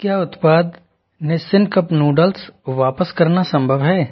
क्या उत्पाद Nissin cup noodles वापस करना सम्भव है